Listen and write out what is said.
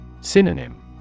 Synonym